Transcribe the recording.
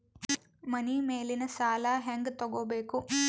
ಮನಿ ಮೇಲಿನ ಸಾಲ ಹ್ಯಾಂಗ್ ತಗೋಬೇಕು?